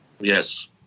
Yes